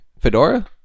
Fedora